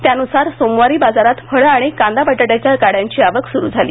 त्यानुसार सोमवारी बाजारात फळं आणि कांदा बटाट्याच्या गाड्यांची आवक सुरू झाली